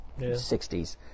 60s